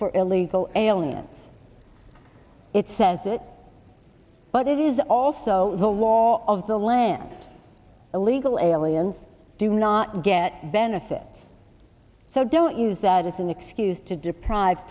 for illegal aliens it says it but it is also the law of the land illegal aliens do not get benefit so don't use that as an excuse to deprive